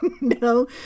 No